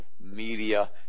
media